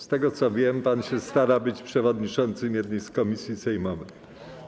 Z tego, co wiem, pan się stara być przewodniczącym jednej z komisji sejmowych.